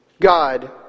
God